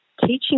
teaching